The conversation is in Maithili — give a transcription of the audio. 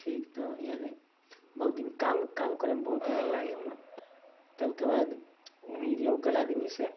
ठीक तऽ यानी बहुत दिन काम काम करैमे बहुत बहुत मन लागै हुवाँ तबके बाद ओहि लोकल आदमी से